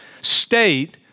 state